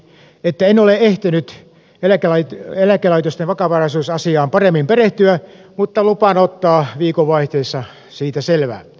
en ole ehtinyt eläkelaitosten vakavaraisuusasiaan paremmin perehtyä mutta lupaan ottaa viikonvaihteessa siitä selvää